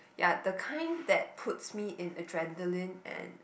ya the kind that puts me in adrenaline and